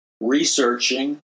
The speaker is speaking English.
researching